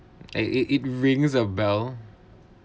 I it it rings a bell